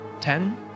ten